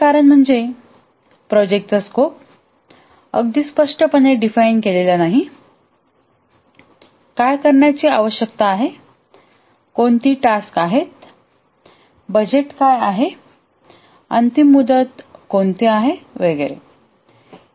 दुसरे कारण म्हणजे प्रोजेक्टचा स्कोप अगदी स्पष्टपणे डिफाइन केलेली नाही काय करण्याची आवश्यकता आहे कोणती टास्क आहेत बजेट काय आहे अंतिम मुदत कोणती आहे वगैरे